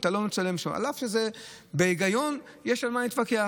אף שבהיגיון יש על מה להתווכח,